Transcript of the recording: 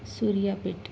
سوریہ پٹ